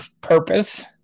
purpose